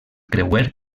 creuer